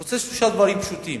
הוא רוצה שלושה דברים פשוטים: